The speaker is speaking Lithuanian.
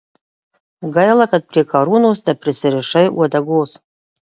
gaila kad prie karūnos neprisirišai uodegos